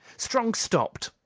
strong stopped,